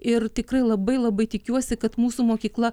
ir tikrai labai labai tikiuosi kad mūsų mokykla